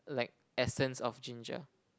like essence of ginger